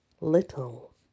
little